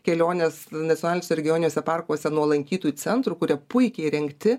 kelionės nacionaliniuose regioniniuose parkuose nuo lankytojų centrų kurie puikiai įrengti